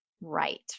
right